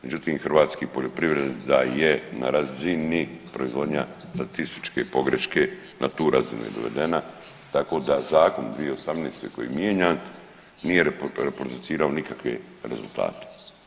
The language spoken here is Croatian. Međutim, hrvatska poljoprivreda je na razini proizvodnja statističke pogreške na tu razinu je dovedena tako da zakon 2018. koji je mijenjan nije reproducirao nikakve rezultate.